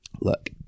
Look